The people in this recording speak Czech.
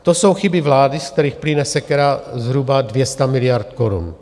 To jsou chyby vlády, z kterých plyne sekera zhruba 200 miliard korun.